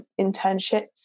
internships